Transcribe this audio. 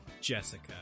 Jessica